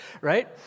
Right